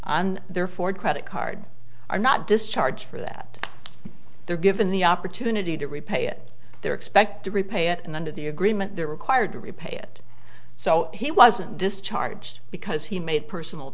on their ford credit card are not discharged for that they're given the opportunity to repay it they're expect to repay it and under the agreement they're required to repay it so he wasn't discharged because he made personal